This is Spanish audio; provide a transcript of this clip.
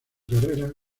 carrera